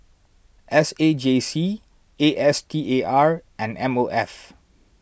S A J C A S T A R and M O F